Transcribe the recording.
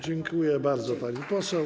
Dziękuję bardzo, pani poseł.